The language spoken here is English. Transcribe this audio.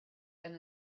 and